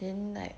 then like